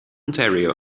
ontario